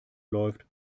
läuft